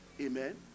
Amen